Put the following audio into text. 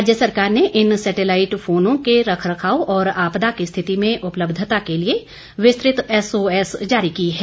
राज्य सरकार ने इन सैटेलाईट फोनों के रखरखाव और आपदा की स्थिति में उपलब्धता के लिए विस्तृत एसओएस जारी की है